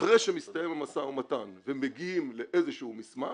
אחרי שמסתיים המשא ומתן ומגיעים לאיזה שהוא מסמך,